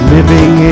Living